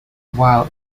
while